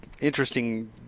interesting